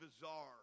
bizarre